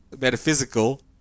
metaphysical